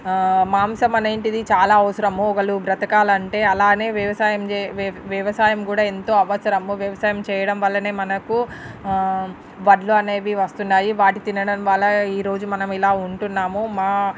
మాంసం అనేటిది చాలా అవసరము ఒకళ్ళు బ్రతకాలంటే అలానే వ్యవసాయం చే వ్య వ్యవసాయం కూడా ఎంతో అవసరం వ్యవసాయం చేయడం వల్లనే మనకు వడ్లు అనేవి వస్తున్నాయి వాటి తినడం వల్ల ఈరోజు మనం ఇలా ఉంటున్నాము మా